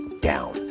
down